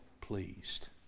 pleased